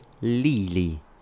Lily